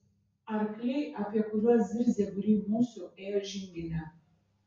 arkliai apie kuriuos zirzė būriai musių ėjo žingine